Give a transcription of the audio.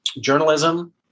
journalism